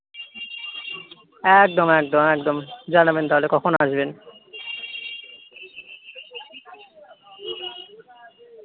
একদম একদম একদম জানাবেন তাহলে কখন আসবেন